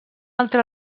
altra